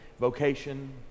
vocation